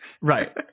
Right